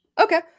Okay